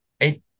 eight